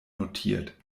notiert